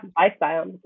lifestyle